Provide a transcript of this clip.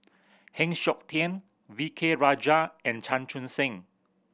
Heng Siok Tian V K Rajah and Chan Chun Sing